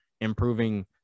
improving